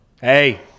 Hey